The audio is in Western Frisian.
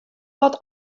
wat